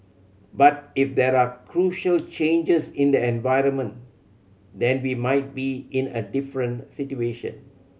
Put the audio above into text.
but if there are crucial changes in the environment then we might be in a different situation